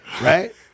Right